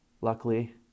Luckily